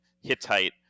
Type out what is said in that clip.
Hittite